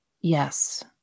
Yes